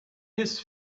his